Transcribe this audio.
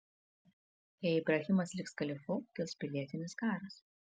jei ibrahimas liks kalifu kils pilietinis karas